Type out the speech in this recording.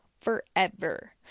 forever